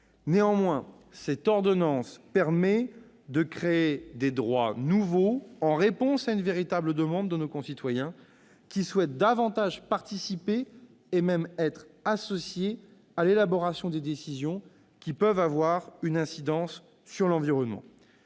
Néanmoins, cette ordonnance permet de créer des droits nouveaux en réponse à une véritable demande de nos concitoyens, qui souhaitent davantage participer et même être associés à l'élaboration des décisions qui peuvent avoir une incidence sur l'environnement.